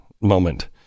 moment